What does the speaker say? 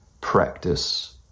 practice